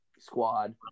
squad